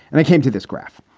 and i came to this graph.